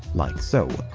like so.